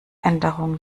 änderung